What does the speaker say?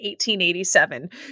1887